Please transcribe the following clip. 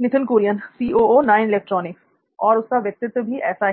नित्थिन कुरियन और उसका व्यक्तित्व भी ऐसा ही है